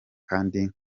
kandi